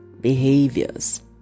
behaviors